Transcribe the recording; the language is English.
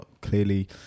clearly